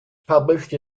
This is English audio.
published